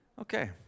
Okay